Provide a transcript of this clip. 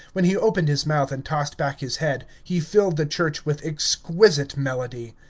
when he opened his mouth and tossed back his head, he filled the church with exquisite melody.